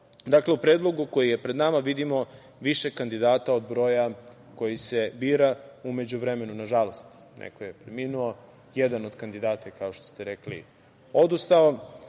u Predlogu koji je pred nama vidimo više kandidata od broja koji se bira. U međuvremenu, na žalost, neko je preminuo. Jedan od kandidata, kao što ste rekli, je odustao.